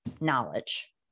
knowledge